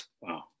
Wow